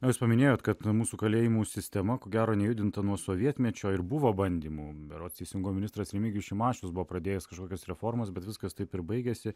na jūs paminėjot kad mūsų kalėjimų sistema ko gero nejudinta nuo sovietmečio ir buvo bandymų berods teisingumo ministras remigijus šimašius buvo pradėjęs kažkokias reformas bet viskas taip ir baigėsi